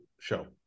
show